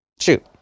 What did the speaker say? Shoot